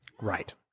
Right